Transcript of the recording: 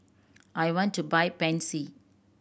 I want to buy Pansy